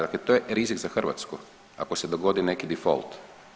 Dakle, to je rizik za Hrvatsku ako se dogodi neki difolt.